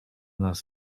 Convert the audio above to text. nas